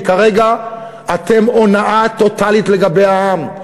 כי כרגע אתם הונאה טוטלית לגבי העם.